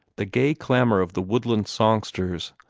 the gay clamor of the woodland songsters,